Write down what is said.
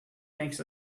makes